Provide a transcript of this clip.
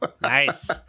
Nice